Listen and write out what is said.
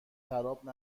خراب